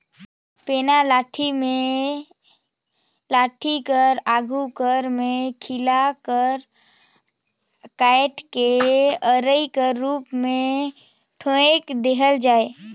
पैना लाठी मे लाठी कर आघु भाग मे खीला ल काएट के अरई कर रूप मे ठोएक देहल जाथे